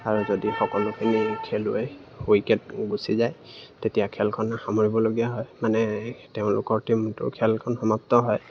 আৰু যদি সকলোখিনি খেলুৱৈে উইকেট গুচি যায় তেতিয়া খেলখন সামৰিবলগীয়া হয় মানে তেওঁলোকৰ টীমটোৰ খেলখন সমাপ্ত হয়